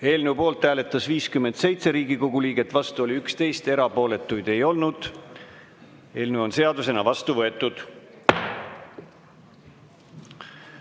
Eelnõu poolt hääletas 57 Riigikogu liiget, vastu oli 11, erapooletuid ei olnud. Eelnõu on seadusena vastu võetud.